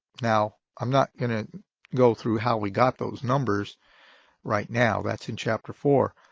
now i'm not going to go through how we got those numbers right now. that's in chapter four.